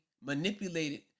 manipulated